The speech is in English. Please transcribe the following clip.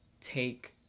take